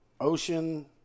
Ocean